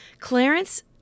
Clarence